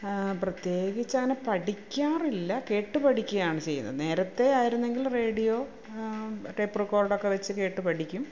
പ്രത്യേകിച്ചങ്ങനെ പഠിക്കാറില്ല കേട്ടു പഠിയ്ക്കയാണ് ചെയ്യുന്നത് നേരത്തെ ആയിരുന്നെങ്കിൽ റേഡിയോ ടേപ്പ് റിക്കോഡറക്കെ വെച്ച് കേട്ടു പഠിക്കും